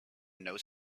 knows